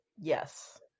Yes